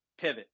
pivot